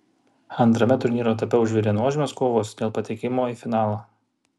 antrame turnyro etape užvirė nuožmios kovos dėl patekimo į finalą